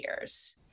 years